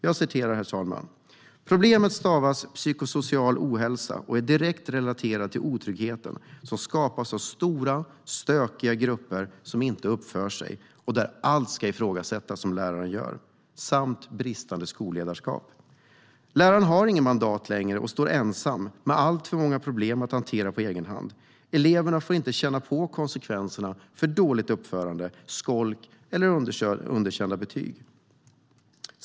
Hon skriver: "Problemet stavas psykosocial ohälsa och är direkt relaterad till otryggheten som skapas av stora, stökiga grupper som inte uppför sig och där allt ska ifrågasättas. Samt av bristande skolledarskap. Läraren har inget mandat längre och står ensam, med alltför många problem att hantera på egen hand. Eleverna får inte känna på konsekvenserna för dåligt uppförande, skolk eller underkända betyg.